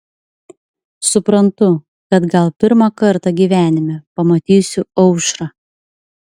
suprantu kad gal pirmą kartą gyvenime pamatysiu aušrą